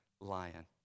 lion